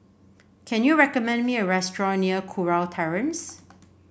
can you recommend me a restaurant near Kurau Terrace